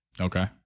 Okay